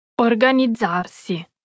Organizzarsi